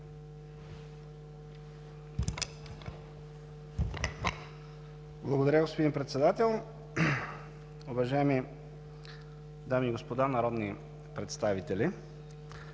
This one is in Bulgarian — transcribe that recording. Уважаеми господин Председател, уважаеми дами и господа народни представители!